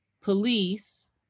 police